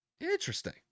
Interesting